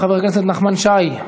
חבר הכנסת נחמן שי,